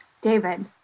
David